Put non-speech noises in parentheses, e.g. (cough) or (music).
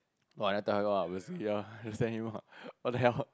!wah! never tell him lah obviously ya (laughs) just send him lah what the hell